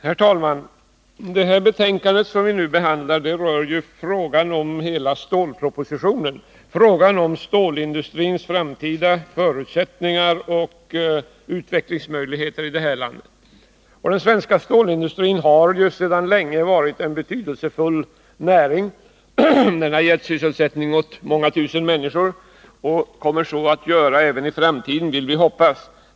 Herr talman! Det betänkande som vi nu behandlar rör hela stålpropositionen, frågan om stålindustrins framtida förutsättningar och utveckling i det här landet. Den svenska stålindustrin har sedan länge varit en betydelsefull näring. Den har gett sysselsättning åt många tusen människor och kommer så att göra även i framtiden, vill vi hoppas.